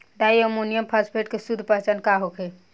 डाई ammonium phosphate के शुद्ध पहचान का होखे?